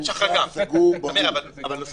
בכותל יש מתווה מאושר, סגור, ברור.